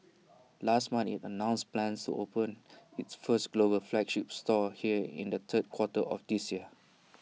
last month IT announced plans open its first global flagship store here in the third quarter of this year